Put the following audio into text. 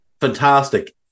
Fantastic